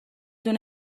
دونه